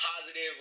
Positive